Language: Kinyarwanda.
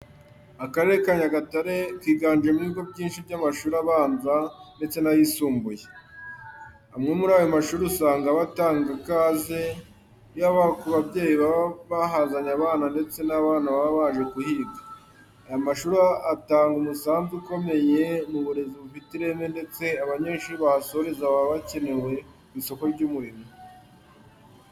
Akarere ka Nyagatare kiganjemo ibigo byinshi by'amashuri abanza ndetse n'ayisumbuye. Amwe muri ayo mashuri usanga aba atanga ikaze, yaba ku babyeyi baba bahazanye abana ndetse n'abana baba baje kuhiga. Aya mashuri atanga umusanzu ukomeye mu burezi bufite ireme ndetse abanyeshuri bahasoreza baba bakenewe ku isoko ry'umurimo.